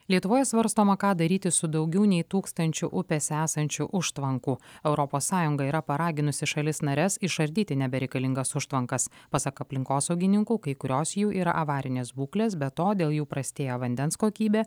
lietuvoje svarstoma ką daryti su daugiau nei tūkstančiu upėse esančių užtvankų europos sąjunga yra paraginusi šalis nares išardyti nebereikalingas užtvankas pasak aplinkosaugininkų kai kurios jų yra avarinės būklės be to dėl jų prastėja vandens kokybė